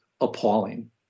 appalling